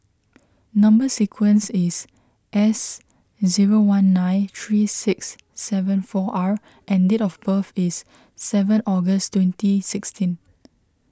Number Sequence is S zero one nine three six seven four R and date of birth is seven August twenty sixteen